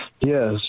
yes